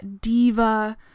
diva